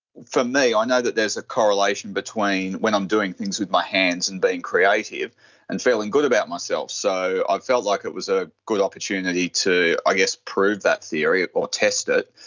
for me i know that there's a correlation between when i'm doing things with my hands and being creative and feeling good about myself. so ah i felt like it was a good opportunity to i guess prove that theory or test it,